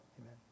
amen